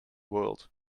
world